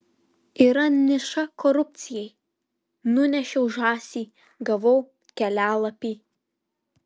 yra niša korupcijai nunešiau žąsį gavau kelialapį